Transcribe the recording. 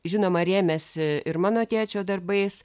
žinoma rėmėsi ir mano tėčio darbais